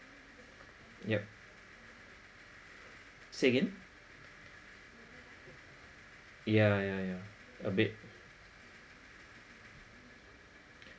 yup say again yeah yeah yeah a bit